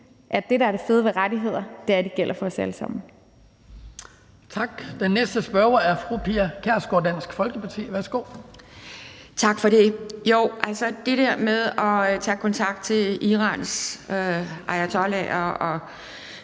at det, der er det fede ved rettigheder, er, at de gælder for os alle sammen.